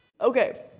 Okay